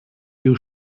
you